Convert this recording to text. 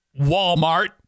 Walmart